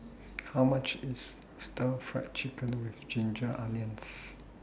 How much IS Stir Fry Chicken with Ginger Onions